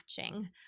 matching